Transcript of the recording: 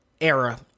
era